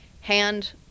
hand